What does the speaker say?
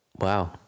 Wow